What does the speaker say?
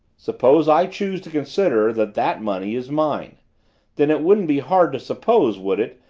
suppose i choose to consider that that money is mine then it wouldn't be hard to suppose, would it,